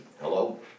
Hello